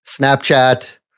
Snapchat